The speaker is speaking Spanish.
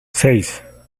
seis